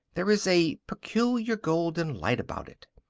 there is a peculiar golden light about it,